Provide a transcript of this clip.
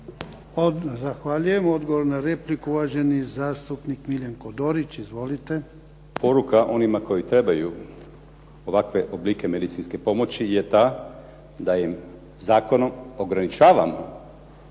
zahvaljujem. Odgovor na repliku, uvaženi zastupnik Miljenko Dorić. **Dorić, Miljenko (HNS)** Poruka onima koji trebaju ovakve oblike medicinske pomoći je ta da im zakonom ograničavam